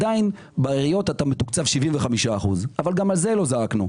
אתה בעיריות מתוקצב רק 75%. גם על זה לא זעקנו,